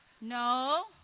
No